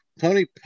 Tony